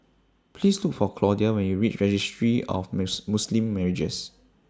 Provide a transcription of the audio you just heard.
Please Look For Claudia when YOU REACH Registry of Muslim Marriages